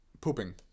Pooping